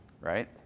right